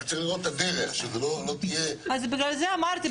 רק צריך לראות את הדרך שזו לא תהיה -- אז בגלל זה אמרתי,